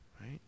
right